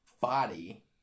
body